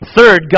Third